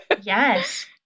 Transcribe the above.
Yes